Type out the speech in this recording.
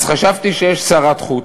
אז חשבתי שיש שרת חוץ,